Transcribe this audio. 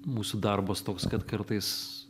mūsų darbas toks kad kartais